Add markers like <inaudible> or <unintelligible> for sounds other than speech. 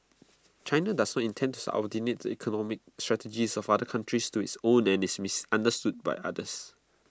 China does not intends out <unintelligible> the economic strategies of other countries to its own and is misunderstood by others